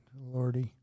Lordy